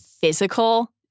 physical